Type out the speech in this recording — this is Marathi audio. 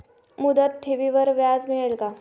मुदत ठेवीवर व्याज मिळेल का?